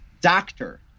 doctor